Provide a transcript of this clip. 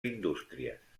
indústries